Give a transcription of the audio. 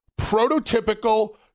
prototypical